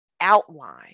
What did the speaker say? outline